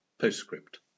Postscript